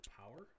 power